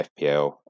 FPL